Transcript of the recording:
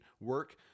work